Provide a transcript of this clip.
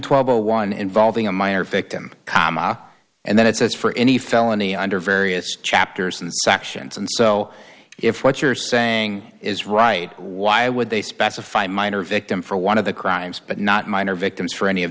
dollars involving a minor victim comma and then it says for any felony under various chapters and sections and so if what you're saying is right why would they specify minor victim for one of the crimes but not minor victims for any of